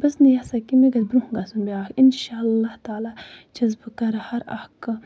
بہٕ چھَس نہٕ یَژھان کہِ مےٚ گژھِ برونٛہہ گژھُن بیاکھ اِنشاء اللہ تعالیٰ چھَس بہٕ کران ہَر اکھ کٲم